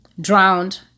drowned